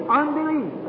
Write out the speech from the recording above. unbelief